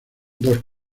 dos